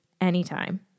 anytime